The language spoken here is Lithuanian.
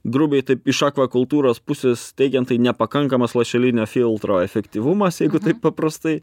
grubiai taip iš akvakultūros pusės teigiant tai nepakankamas lašelinio filtro efektyvumas jeigu taip paprastai